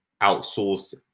outsource